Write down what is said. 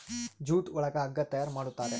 jute ಒಳಗ ಹಗ್ಗ ತಯಾರ್ ಮಾಡುತಾರೆ